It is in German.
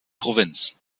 provinz